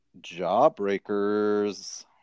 Jawbreakers